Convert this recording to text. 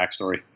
backstory